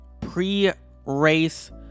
pre-race